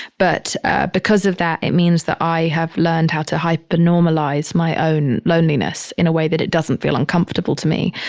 but because of that, it means that i have learned how to hyper-normalize my own loneliness in a way that it doesn't feel uncomfortable to me.